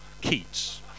Keats